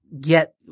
get –